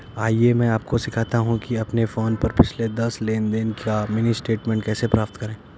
आइए मैं आपको सिखाता हूं कि अपने फोन पर पिछले दस लेनदेन का मिनी स्टेटमेंट कैसे प्राप्त करें